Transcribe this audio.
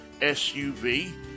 suv